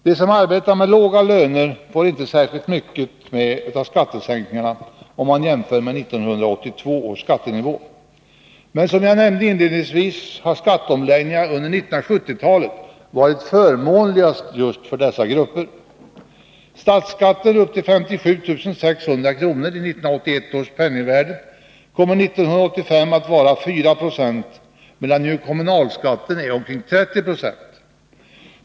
De som arbetar med låga löner får inte särskilt mycket med av skattesänkningarna om man jämför med 1982 års skattenivå. Som jag nämnde inledningsvis har skatteomläggningarna under 1970-talet varit förmånligast just för dessa grupper. Statsskatten upp till 57 600 kr. i 1981 års penningvärde kommer 1985 att vara 4 96, medan kommunalskatten ju är omkring 30 26.